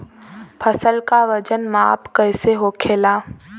फसल का वजन माप कैसे होखेला?